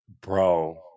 Bro